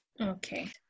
Okay